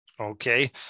okay